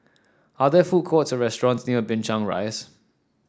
are there food courts or restaurants near Binchang Rise